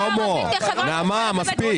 לחזק גם וגם --- שלמה ונעמה, מספיק.